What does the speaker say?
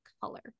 color